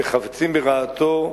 וחפצים ברעתו,